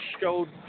showed